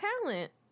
talent